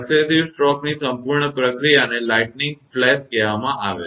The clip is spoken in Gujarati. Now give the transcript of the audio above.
ક્રમિક સ્ટ્રોકની સંપૂર્ણ પ્રક્રિયાને લાઇટિંગ ફ્લેશ કહેવામાં આવે છે